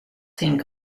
think